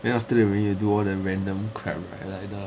then after that we need to do the random crap right like the